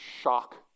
shock